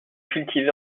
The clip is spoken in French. cultivés